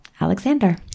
Alexander